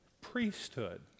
priesthood